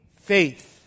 faith